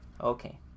Okay